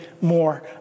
more